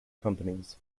companies